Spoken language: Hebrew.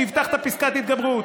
שהבטחת פסקת התגברות,